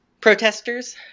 protesters